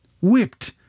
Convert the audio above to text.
whipped